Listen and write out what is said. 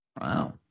Wow